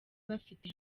bafite